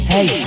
Hey